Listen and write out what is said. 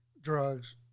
drugs